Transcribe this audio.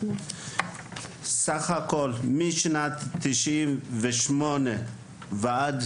סך הכול משנת 1998 ועד